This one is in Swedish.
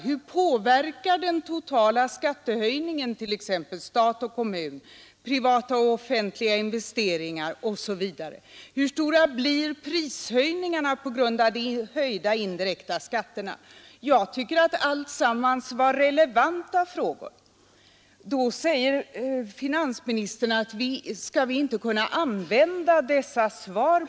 Hur påverkar den totala skattehöjningen stat och kommun, privata och offentliga investeringar? Hur stora blir prishöjningarna på grund av de höjda indirekta skatterna? Och det är många fler frågor som jag inte hinner läsa upp här nu. De svar som finansdepartementet till slut lämnade står departementet för.